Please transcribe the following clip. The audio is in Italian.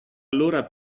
allora